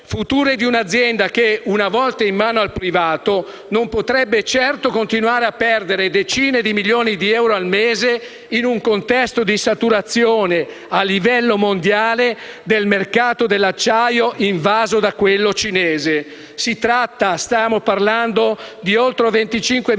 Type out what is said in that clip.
di un'azienda che, una volta in mano al privato, non potrebbe certo continuare a perdere decine di milioni di euro al mese in un contesto di saturazione, a livello mondiale, del mercato dell'acciaio invaso da quello cinese. Stiamo parlando di oltre 25.000